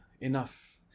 Enough